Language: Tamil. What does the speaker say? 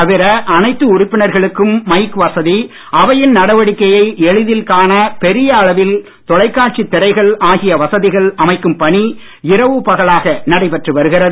தவிர அனைத்து உறுப்பினர்களுக்கும் மைக் வசதி அவையின் நடவடிக்கையை எளிதில் காண பெரிய அளவில் தொலைக்காட்சி திரைகள் ஆகிய வசதிகள் அமைக்கும் பணி இரவு பகலாக நடைபெற்று வருகிறது